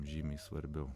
žymiai svarbiau